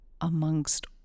amongst